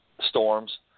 storms